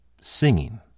singing